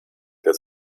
der